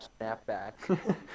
snapback